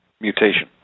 mutation